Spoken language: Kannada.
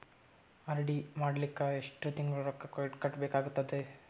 ಆರ್.ಡಿ ಮಾಡಲಿಕ್ಕ ಎಷ್ಟು ತಿಂಗಳ ರೊಕ್ಕ ಕಟ್ಟಬೇಕಾಗತದ?